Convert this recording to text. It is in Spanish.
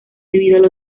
debido